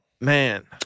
man